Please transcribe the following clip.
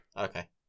okay